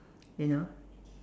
you know